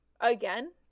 again